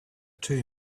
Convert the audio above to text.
two